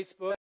Facebook